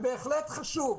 זה בהחלט חשוב.